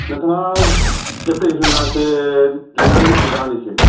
नोंथाङा एप्लिकेसन गांसे लिरनानै लाबोदो आंनिसिम